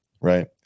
right